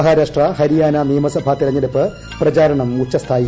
മഹാരാഷ്ട്ര ഹരിയാന നിയമസഭാ തെരഞ്ഞെടുപ്പ് പ്രചാരണം ഉച്ചസ്ഥായിയിൽ